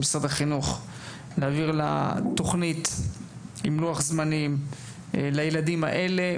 הוועדה מבקשת ממשרד החינוך להעביר אליה תוכנית עבור הילדים האלה,